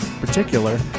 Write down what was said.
particular